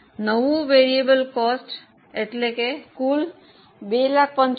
નવા VC ની ગણતરી કરો